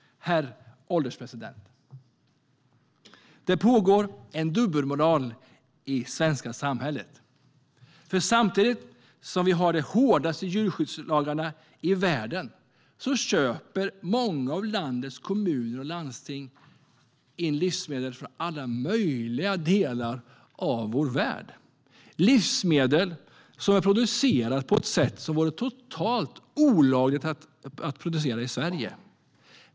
Herr ålderspresident! Det pågår en dubbelmoral i det svenska samhället. Samtidigt som vi har de hårdaste djurskyddslagarna i världen köper nämligen många av landets kommuner och landsting in livsmedel från alla möjliga delar av vår värld, livsmedel som är producerade på ett sätt som vore totalt olagligt i Sverige.